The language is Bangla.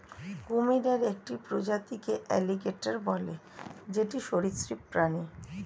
কুমিরের একটি প্রজাতিকে এলিগেটের বলে যেটি সরীসৃপ প্রাণী